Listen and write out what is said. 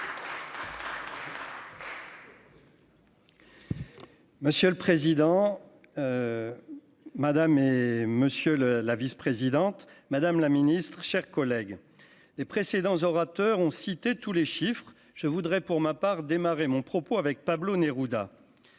Monsieur le président. Madame et monsieur le la vice-présidente, Madame la Ministre, chers collègues, les précédents orateurs ont cité tous les chiffres, je voudrais, pour ma part, démarrer mon propos avec Pablo Neruda,